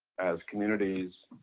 as communities